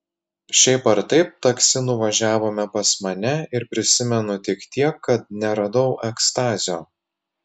šiaip ar taip taksi nuvažiavome pas mane ir prisimenu tik tiek kad neradau ekstazio